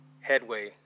headway